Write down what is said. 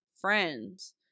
friends